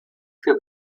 für